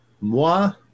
Moi